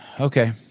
Okay